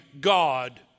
God